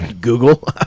Google